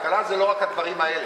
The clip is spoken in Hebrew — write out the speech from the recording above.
כלכלה זה לא רק הדברים האלה.